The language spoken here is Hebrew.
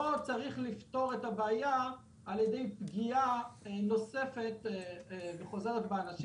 לא צריך לפתור את הבעיה על ידי פגיעה נוספת וחוזרת באנשים.